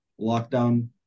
lockdown